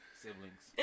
siblings